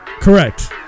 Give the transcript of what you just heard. Correct